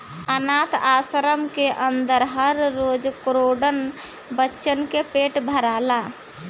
आनाथ आश्रम के अन्दर हर रोज करोड़न बच्चन के पेट भराला